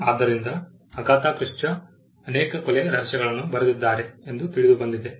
ಆದ್ದರಿಂದ Agatha Christie ಅನೇಕ ಕೊಲೆ ರಹಸ್ಯಗಳನ್ನು ಬರೆದಿದ್ದಾರೆ ಎಂದು ತಿಳಿದುಬಂದಿದೆ